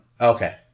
Okay